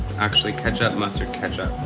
actually ketchup, mustard, ketchup.